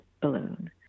balloon